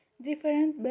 Different